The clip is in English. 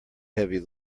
heavy